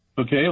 Okay